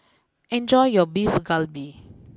enjoy your Beef Galbi